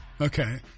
Okay